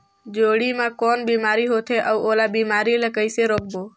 जोणी मा कौन बीमारी होथे अउ ओला बीमारी ला कइसे रोकबो?